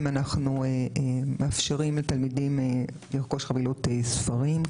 אנחנו מאפשרים לתלמידים לרכוש חבילות ספרים,